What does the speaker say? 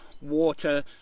water